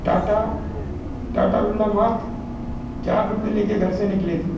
टाटा टाटा बिरला मात्र चार रुपये ले के घर से निकले थे